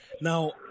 Now